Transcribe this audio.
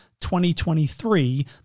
2023